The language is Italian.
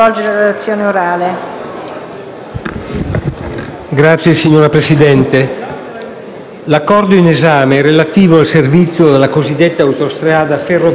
Signora Presidente, l'Accordo in esame è relativo al servizio della cosiddetta "autostrada ferroviaria" fra Italia e Francia.